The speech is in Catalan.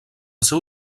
seu